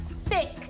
Sick